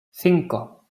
cinco